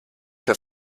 für